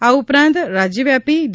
આ ઉપરાંત રાજ્યવ્યાપી ડી